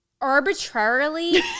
arbitrarily